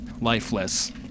lifeless